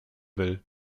will